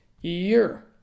year